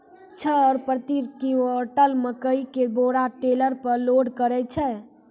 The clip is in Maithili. छह रु प्रति क्विंटल मकई के बोरा टेलर पे लोड करे छैय?